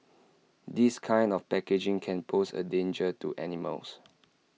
this kind of packaging can pose A danger to animals